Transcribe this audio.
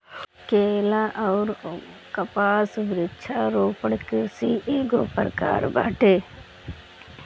केला अउर कपास वृक्षारोपण कृषि एगो प्रकार बाटे